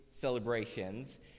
celebrations